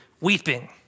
weeping